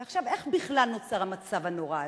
עכשיו, איך בכלל נוצר המצב הנורא הזה?